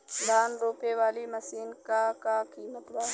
धान रोपे वाली मशीन क का कीमत बा?